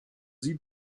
sie